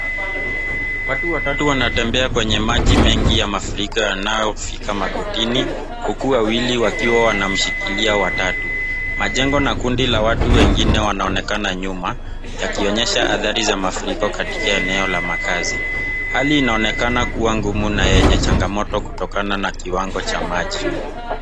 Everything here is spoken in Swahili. Watu watatu wanatembea kwenye maji mengi ya mafuriko yanayofika magotini huku wawili wakiwa wanamshikilia wa tatu. Majengo na kundi la watu wengine wanaonekana nyuma, yakionyesha athari za mafuriko katika eneo la makazi. Hali inaonekana kuwa ngumu na yenye changamoto kutokana na kiwango ch amaji.